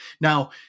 Now